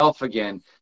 again